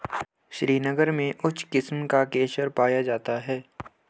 श्रीनगर में उच्च किस्म का केसर पाया जाता है